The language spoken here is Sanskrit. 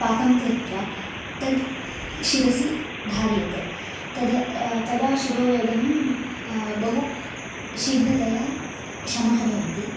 पाकं कृत्वा तद् शिरसि धार्यते तद् तदा शिरोवेदना बहु शीघ्रतया शमा भवति